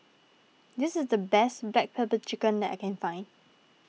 this is the best Black Pepper Chicken that I can find